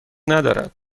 ندارد